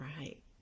Right